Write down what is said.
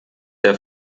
der